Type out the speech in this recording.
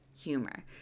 humor